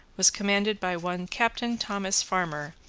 was commanded by one captain thomas farmer,